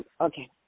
okay